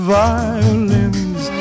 violins